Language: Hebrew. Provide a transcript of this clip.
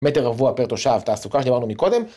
מטר רבוע פר תושב תעסוקה שדיברנו מקודם.